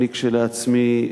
אני כשלעצמי,